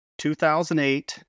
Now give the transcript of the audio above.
2008